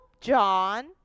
John